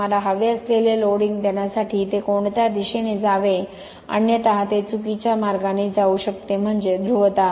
तुम्हाला हवे असलेले लोडिंग देण्यासाठी ते कोणत्या दिशेने जावे अन्यथा ते चुकीच्या मार्गाने जाऊ शकते म्हणजे ध्रुवता